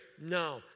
no